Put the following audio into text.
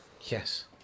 Yes